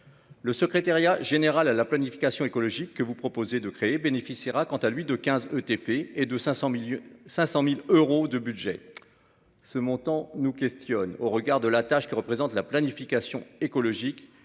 Le secrétariat général à la planification écologique que vous proposez de créer bénéficiera, quant à lui, de 15 ETP et de 500 000 euros de budget. Au regard de la tâche que représente la planification écologique